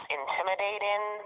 intimidating